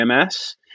EMS